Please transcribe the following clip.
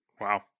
Wow